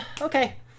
okay